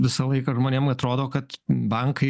visą laiką žmonėm atrodo kad bankai